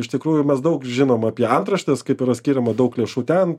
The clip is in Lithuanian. iš tikrųjų mes daug žinom apie antraštes kaip yra skiriama daug lėšų ten